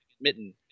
mitten